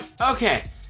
Okay